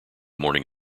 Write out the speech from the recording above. morning